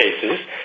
cases